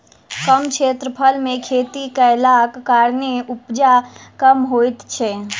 कम क्षेत्रफल मे खेती कयलाक कारणेँ उपजा कम होइत छै